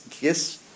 Yes